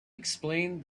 explained